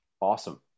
Awesome